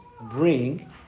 bring